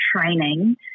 training